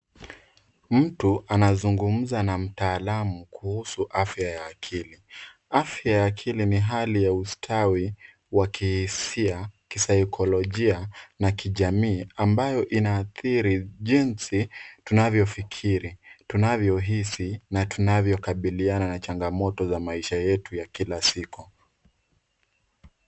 Mtu anazungumza na mtaalamu kuhusu afya ya akili. Afya ya akili ni hali ya ustawi wa kihisia, kisaikolojia na kijamii ambayo inaathiri jinsi tunavyofikiri, tunavyohisi na tunavyokabiliana na changamoto ya maisha yetu ya kila siku.